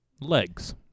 Legs